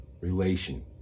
relation